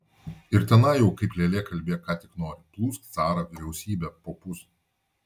ir tenai jau kaip lėlė kalbėk ką tik nori plūsk carą vyriausybę popus